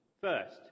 first